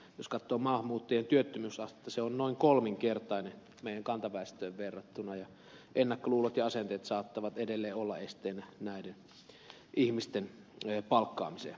jos katsoo maahanmuuttajien työttömyysastetta se on noin kolminkertainen kantaväestöön verrattuna ja ennakkoluulot ja asenteet saattavat edelleen olla esteenä näiden ihmisten palkkaamiseen